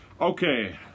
Okay